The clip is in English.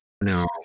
no